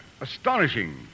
astonishing